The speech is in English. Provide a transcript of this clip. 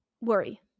worry